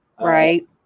Right